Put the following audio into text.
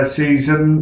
season